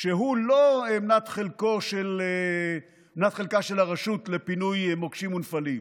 שהוא לא מנת חלקה של הרשות לפינוי מוקשים ונפלים,